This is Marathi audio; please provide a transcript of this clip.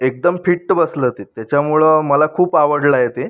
एकदम फिट्ट बसलं ते त्याच्यामुळं मला खूप आवडलं आहे ते